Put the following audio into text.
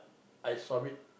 I submit